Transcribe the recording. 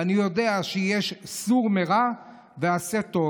ואני יודע שיש "סור מרע ועשה טוב".